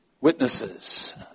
witnesses